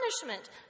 punishment